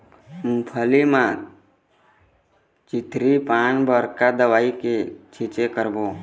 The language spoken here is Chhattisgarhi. मूंगफली म चितरी पान बर का दवई के छींचे करबो?